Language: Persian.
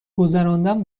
گذراندن